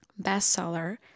bestseller